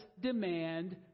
demand